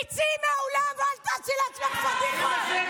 תצאי מהאולם ואל תעשי לעצמך פדיחות.